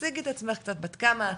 תציגי את עצמך קצת, בת כמה את?